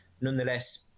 nonetheless